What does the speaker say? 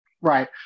Right